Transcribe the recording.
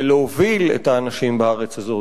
ולהוביל את האנשים בארץ הזאת,